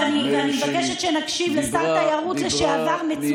ואני מבקשת שנקשיב לשר תיירות מצוין לשעבר.